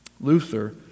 Luther